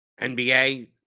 NBA